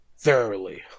Thoroughly